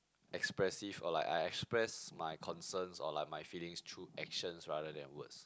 expressive or like I express my concerns or like my feelings through actions rather than words